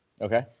okay